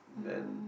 then